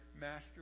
master